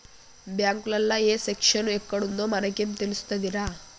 బాంకులల్ల ఏ సెక్షను ఎక్కడుందో మనకేం తెలుస్తదిరా